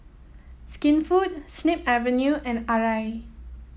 Skinfood Snip Avenue and Arai